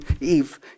Eve